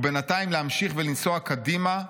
ובינתיים להמשיך ולנסוע קדימה,